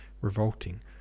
revolting